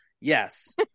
Yes